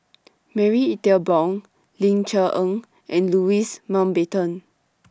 Marie Ethel Bong Ling Cher Eng and Louis Mountbatten